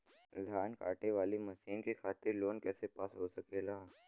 धान कांटेवाली मशीन के खातीर कैसे लोन पास हो सकेला?